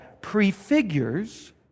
prefigures